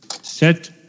set